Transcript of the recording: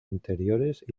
interiores